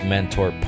Mentor